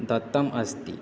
दत्तम् अस्ति